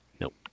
Nope